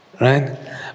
right